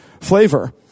flavor